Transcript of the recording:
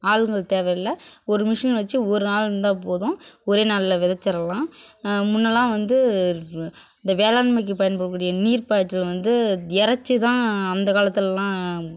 ஆளுங்கள் தேவையில்ல ஒரு மிஷின் வச்சி ஒரு ஆள் இருந்தால் போதும் ஒரே நாளில் விதைச்சிரலாம் முன்னெயெல்லாம் வந்து இந்த வேளாண்மைக்கு பயன்படக்கூடிய நீர்பாய்ச்சல் வந்து இரட்சி தான் அந்த காலத்துலேலாம்